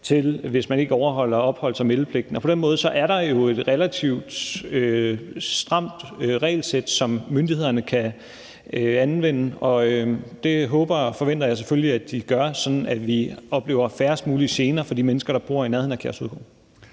til hvis man ikke overholder opholds- og meldepligten. På den måde er der jo et relativt stramt regelsæt, som myndighederne kan anvende. Det håber og forventer jeg selvfølgelig at de gør, sådan at vi oplever færrest mulige gener for de mennesker, der bor i nærheden af Kærshovedgård.